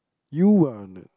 you want it